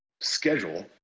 schedule